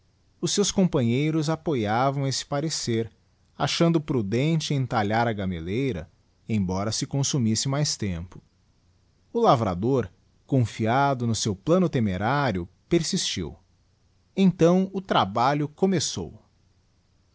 os seus companheiros apoiavam esse parecer achando prudente entalhar a gamelleira embora se consumisse mais tempo o lavrador confiado no seu plano temerário persistiu então o trabalho começou